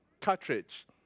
cartridge